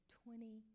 twenty